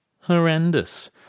Horrendous